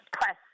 press